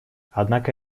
однако